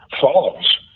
follows